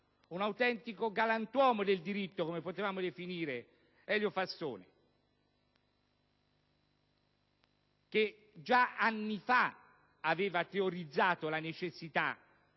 un autentico galantuomo del diritto, come possiamo definire Elio Fassone, già anni fa aveva teorizzato la necessità,